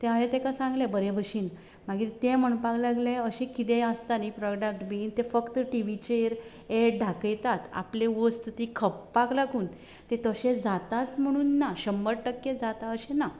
ते हांवें ताका सांगले बरे भशेन मागीर ते म्हणपाक लागलें अशें किदेंय आसता न्ही प्रोडक्ट बी ते फक्त टी व्हीचेर एड दाखयतात आपले वस्त ती खपपाक लागून ते तशें जाताच म्हणून ना शंबर टक्के जाता अशें ना